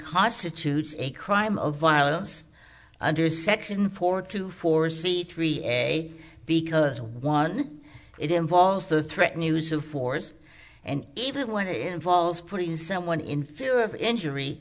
constitutes a crime of violence under section four two four c three eg because one it involves the threatened use of force and even when a involves putting someone in fear of injury